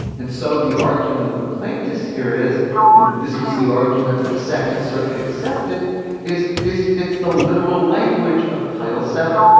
and so the argument of the plaintiffs here is and this was the argument that the second circuit accepted is this fits the literal language of title seven.